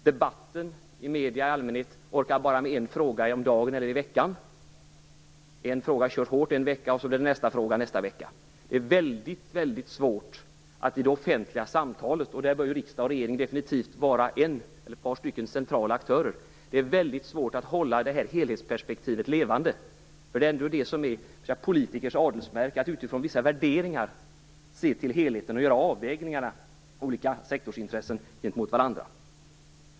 Debatten i medierna orkar i allmänhet bara med en fråga om dagen eller i veckan. En fråga körs hårt i en vecka, och en annan fråga nästa vecka. Det är ytterst svårt att hålla helhetsperspektivet levande i det offentliga samtalet, där ju riksdagen och regeringen definitivt bör vara ett par centrala aktörer. Politikernas adelsmärke är ju att utifrån vissa värderingar se till helheten och göra avvägningar mellan olika sektorsintressen.